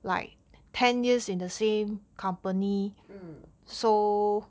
mm